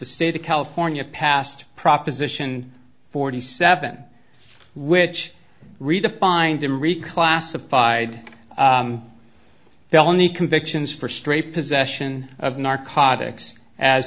state of california passed proposition forty seven which redefined him reclassified felony convictions for straight possession of narcotics as